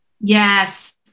Yes